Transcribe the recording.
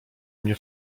mnie